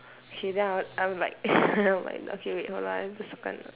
okay then I'll I'll like I'll like okay wait hold on just circle